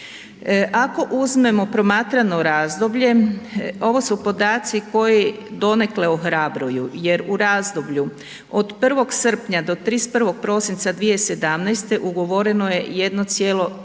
Ako uzmemo promatrano razdoblje, ovo su podaci koji donekle ohrabruju jer u razdoblju od 1. srpnja do 31. prosinca 2017. ugovoreno je 1,33